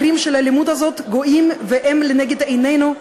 המקרים של האלימות הזאת גואים לנגד עינינו.